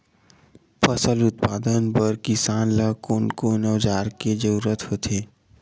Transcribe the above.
फसल उत्पादन बर किसान ला कोन कोन औजार के जरूरत होथे?